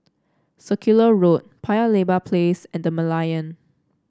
Circular Road Paya Lebar Place and The Merlion